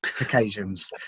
occasions